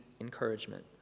encouragement